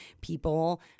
People